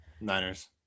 Niners